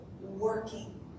working